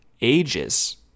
ages